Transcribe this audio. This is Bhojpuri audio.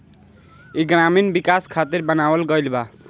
ई ग्रामीण विकाश खातिर बनावल गईल बा